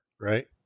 right